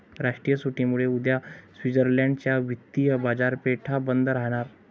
राष्ट्रीय सुट्टीमुळे उद्या स्वित्झर्लंड च्या वित्तीय बाजारपेठा बंद राहणार